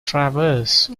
traverse